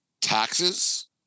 taxes